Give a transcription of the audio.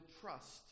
trust